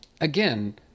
again